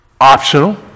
optional